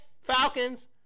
Falcons